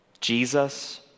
Jesus